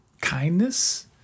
Kindness